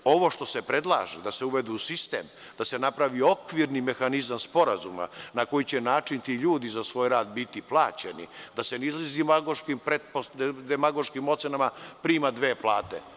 Ovo što se predlaže da se uvedu u sistem, da se napravi okvirni mehanizam sporazuma, na koji će način ti ljudi biti plaćeni za svoj rad, da se ne izlazi sa demagoškim ocenama – prima dve plate.